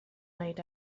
night